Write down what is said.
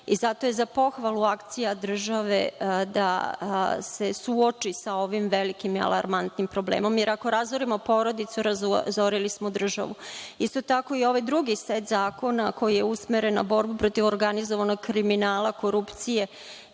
Zato je za pohvalu akcija države da se suoči sa ovim velikim i alarmantnim problemom. Ako razorimo porodicu, razorili smo državu. Isto tako i ovaj drugi set zakona koji je usmeren na borbu protiv organizovanog kriminala, korupcije